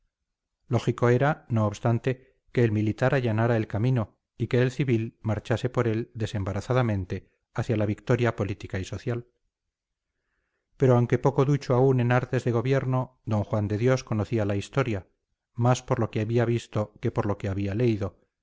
lógico era no obstante que el militar allanara el camino y que el civil marchase por él desembarazadamente hacia la victoria política y social pero aunque poco ducho aún en artes de gobierno d juan de dios conocía la historia más por lo que había visto que por lo que había leído